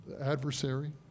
adversary